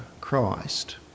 Christ